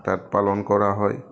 তাত পালন কৰা হয়